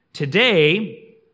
Today